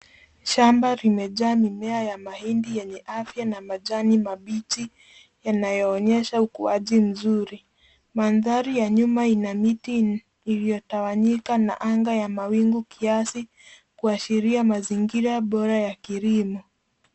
Shamba limejaa mimea ya mahindi yenye afya na majani mabichi, yanayoonyesha ukuaji mzuri. Mandhari ya nyuma ina miti iliyotawanyika na anga ya mawingu kiasi kuashiria mazingira bora ya kilimo.